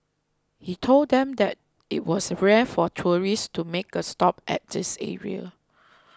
he told them that it was rare for tourists to make a stop at this area